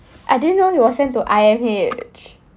I didn't know he was sent to I_M_H